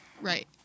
Right